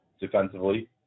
defensively